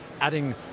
adding